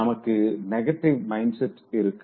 நமக்கு negative mind set இருக்கு